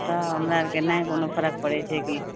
तऽ हमरा आरके नहि कोनो फरक पड़ै छै कि